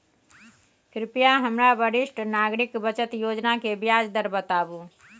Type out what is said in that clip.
कृपया हमरा वरिष्ठ नागरिक बचत योजना के ब्याज दर बताबू